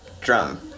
drum